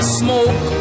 smoke